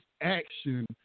action